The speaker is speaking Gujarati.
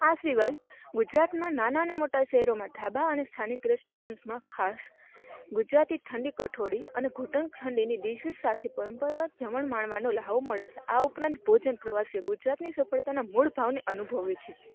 આ સિવાય ગુજરાતમાં નાના અને મોટા શહેરોમાં ધાબા અને સ્થાનિક રેસ્ટોરન્ટ્સમાં ખાસ ગુજરાતી ઠંડી કઠોડી અને ગુટણ ખાંડેની ડીસ સાથે પરંપરાગત જમણ માણવાનો લ્હાવો મળે છે આ ઉપરાંત ભોજન પ્રવાસીઓ ગુજરાતની સફળતાના મૂળ ભાવને અનુભવે છે